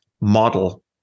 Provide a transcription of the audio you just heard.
model